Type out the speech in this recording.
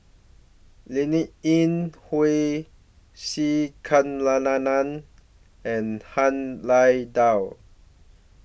Linn in Hua C Kunalan and Han Lao DA